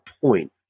point